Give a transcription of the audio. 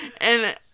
and-